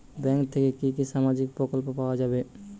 Bank থেকে কি কি সামাজিক প্রকল্প পাওয়া যাবে?